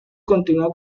continuó